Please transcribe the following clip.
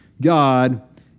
God